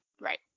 Right